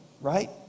right